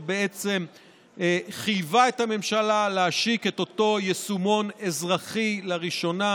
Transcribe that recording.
ובעצם חייבה את הממשלה להשיק את אותו יישומון אזרחי לראשונה,